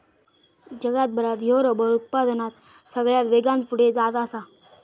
जगात भारत ह्यो रबर उत्पादनात सगळ्यात वेगान पुढे जात आसा